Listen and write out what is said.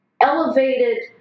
elevated